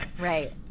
Right